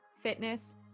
fitness